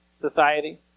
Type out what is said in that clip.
society